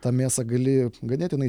tą mėsą gali ganėtinai